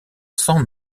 sans